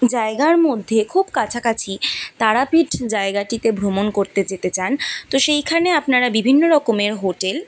জায়গার মধ্যে খুব কাছাকাছি তারাপীঠ জায়গাটিতে ভ্রমণ করতে যেতে চান তো সেইখানে আপনারা বিভিন্ন রকমের হোটেল